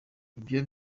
ibyo